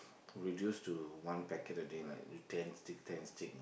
reduce to one packet a day lah ten stick ten stick